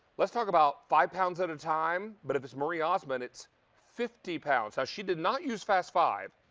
let's talk about five pounds at a time. but if it's marie osmond, it's fifty pounds. she did not use fast five.